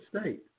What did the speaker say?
state